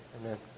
amen